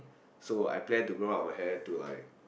so I plan to grow out my hair to like